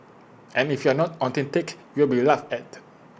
and if you are not authentic you will be laughed at